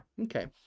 Okay